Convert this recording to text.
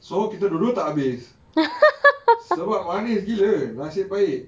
so kita dua-dua tak habis sebab manis gila nasib baik